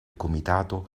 comitato